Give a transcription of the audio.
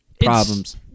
problems